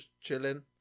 chilling